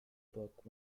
book